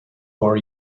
four